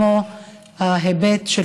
קואליציה,